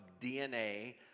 DNA